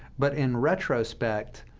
but in retrospect,